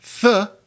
th